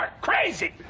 crazy